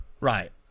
Right